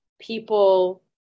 people